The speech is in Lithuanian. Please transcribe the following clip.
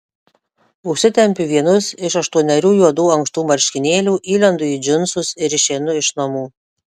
užsitempiu vienus iš aštuonerių juodų ankštų marškinėlių įlendu į džinsus ir išeinu iš namų